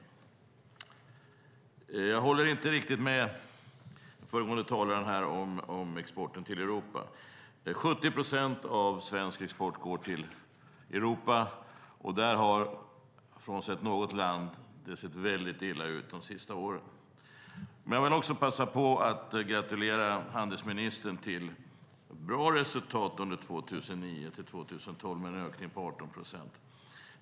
Jag håller inte riktigt med föregående talare om exporten till Europa. 70 procent av svensk export går till Europa. Där har det frånsett något land sett illa ut de senaste åren. Jag vill också passa på att gratulera handelsministern till bra resultat under tiden 2009-2012 med en ökning på 18 procent.